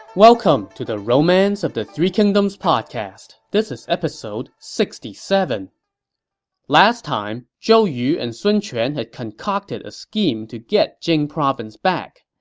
welcome to the romance of the three kingdoms podcast. this is episode sixty seven point last time, zhou yu and sun quan had concocted a scheme to get jing province back.